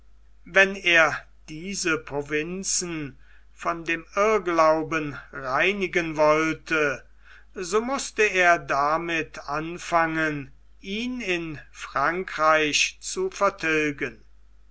wenn er diese provinzen von dem irrglauben reinigen wollte so mußte er damit anfangen ihn in frankreich zu vertilgen